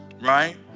right